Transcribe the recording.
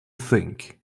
think